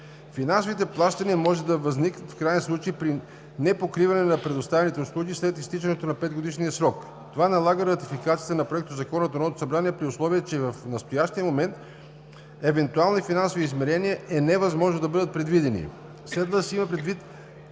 Финансови плащания може да възникнат в краен случай при непокриване на предоставени услуги след изтичането на петгодишния срок. Това налага ратификация на Проектозакона от Народното събрание, при условие че в настоящия момент евентуални финансови измерения е невъзможно да бъдат предвидени. Следва да се има предвид,